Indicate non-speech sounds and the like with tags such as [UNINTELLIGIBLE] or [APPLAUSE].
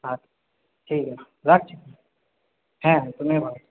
আচ্ছা ঠিক আছে রাখছি হ্যাঁ তুমিও [UNINTELLIGIBLE]